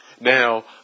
now